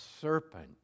serpent